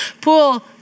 Pool